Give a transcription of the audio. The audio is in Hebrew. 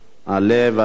עלה והצלח.